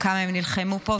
כמה הם נלחמו פה.